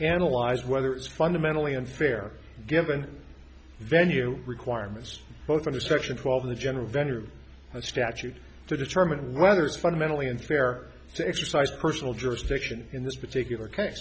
analyze whether it's fundamentally unfair given venue requirements both under section twelve the general venner statute to determine whether it's fundamentally unfair to exercise personal jurisdiction in this particular case